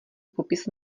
popis